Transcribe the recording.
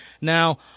Now